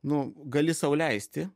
nu gali sau leisti